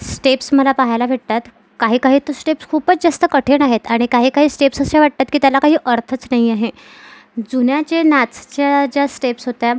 steps मला पाहायला भेटतात काही काही तर स्टेप्स खूपच जास्त कठीण आहेत आणि काही काही स्टेप्स अशा वाटतात की त्याला काही अर्थच नाही आहे जुन्याचे नाचाच्या ज्या स्टेप्स होत्या